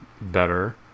better